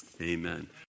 Amen